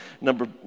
Number